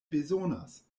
bezonas